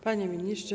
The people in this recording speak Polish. Panie Ministrze!